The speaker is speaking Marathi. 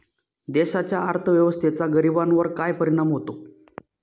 देशाच्या अर्थव्यवस्थेचा गरीबांवर काय परिणाम होतो